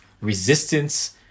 resistance